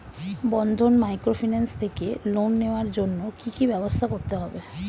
বন্ধন microfinance থেকে loan নেওয়ার জন্য কি কি ব্যবস্থা করতে হবে?